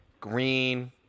Green